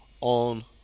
on